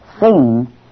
seen